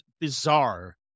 bizarre